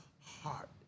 heart